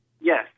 Yes